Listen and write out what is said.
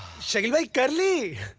shakeel bhai,